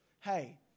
Hey